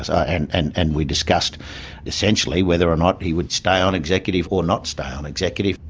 and and and we discussed essentially whether or not he would stay on executive or not stay on executive.